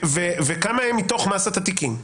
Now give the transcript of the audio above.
וכמה הם מתוך מסת התיקים.